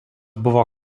buvo